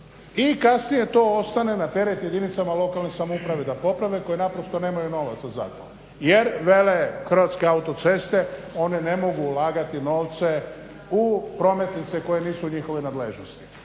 i kasnije to ostane na teret jedinicama lokalne samouprave da poprave da naprosto nemaju novaca za to jer vele Hrvatske autoceste one ne mogu ulagati novce u prometnice koje nisu njihove nadležnosti.